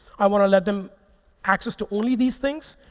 i want to let them access to only these things.